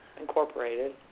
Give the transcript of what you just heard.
incorporated